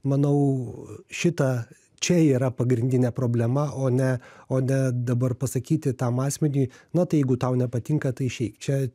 manau šitą čia yra pagrindinė problema o ne o ne dabar pasakyti tam asmeniui na tai jeigu tau nepatinka tai išeik čia